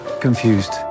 confused